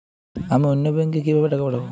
আমি অন্য ব্যাংকে কিভাবে টাকা পাঠাব?